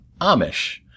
Amish